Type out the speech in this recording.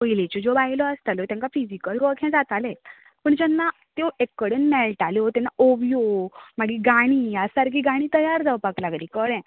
पयलींच्यो ज्यो बायल्यो आसताल्यो तेंका फिझीकल जातालेंच पूण जेन्ना त्यो एक कडेन मेळटाल्यो तेन्ना होव्यो मागीर गाणी ह्या सारकीं गाणीं तयार जावपाक लागलीं कळ्ळें